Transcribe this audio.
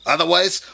Otherwise